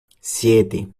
siete